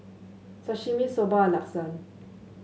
Sashimi Soba and Lasagne